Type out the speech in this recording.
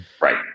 Right